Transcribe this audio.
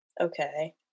Okay